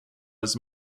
his